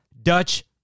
Dutch